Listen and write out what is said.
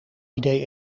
idee